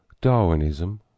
Darwinism